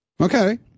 Okay